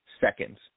seconds